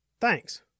Thanks